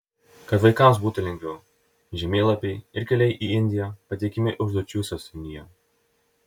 kad vaikams būtų lengviau žemėlapiai ir keliai į indiją pateikiami užduočių sąsiuvinyje